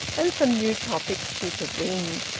and some new topic supervened.